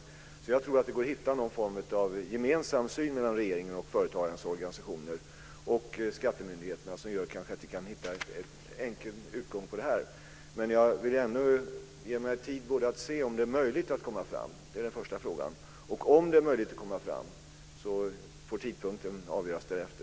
Jag tror alltså att det går att hitta någon form av gemensam syn mellan regeringen, företagarnas organisationer och skattemyndigheterna som gör att vi kanske kan hitta en enkel utgång i den här frågan. Men jag vill ändå ge mig tid att se om det är möjligt att komma fram. Det är den första frågan. Om det är möjligt att komma fram får tidpunkten avgöras därefter.